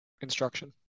instruction